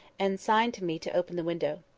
and signed to me to open the window.